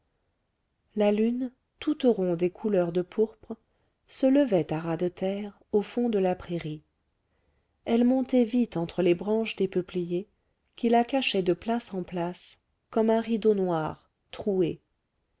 la lune toute ronde et couleur de pourpre se levait à ras de terre au fond de la prairie elle montait vite entre les branches des peupliers qui la cachaient de place en place comme un rideau noir troué